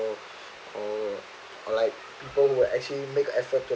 uh or or like people who will actually make an effort